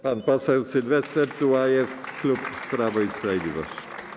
Pan poseł Sylwester Tułajew, klub Prawo i Sprawiedliwość.